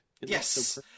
Yes